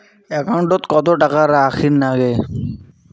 একাউন্টত কত টাকা রাখীর নাগে?